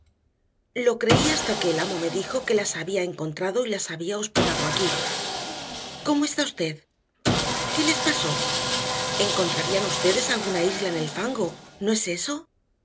lo creí hasta que el amo me dijo que las había encontrado y las había hospedado aquí cómo está usted qué les pasó encontrarían ustedes alguna isla en el fango no es eso